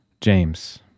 James